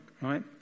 right